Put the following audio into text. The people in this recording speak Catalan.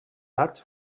arts